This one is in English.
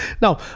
now